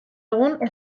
egun